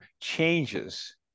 changes